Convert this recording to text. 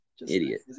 idiot